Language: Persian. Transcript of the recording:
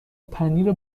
پنیر